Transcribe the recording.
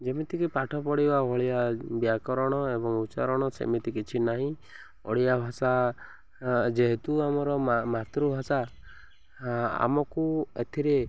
ଯେମିତିକି ପାଠ ପଢ଼ିବା ଭଳିଆ ବ୍ୟାକରଣ ଏବଂ ଉଚ୍ଚାରଣ ସେମିତି କିଛି ନାହିଁ ଓଡ଼ିଆ ଭାଷା ଯେହେତୁ ଆମର ମାତୃଭାଷା ଆମକୁ ଏଥିରେ